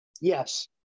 Yes